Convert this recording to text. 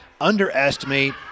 underestimate